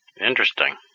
Interesting